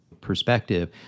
perspective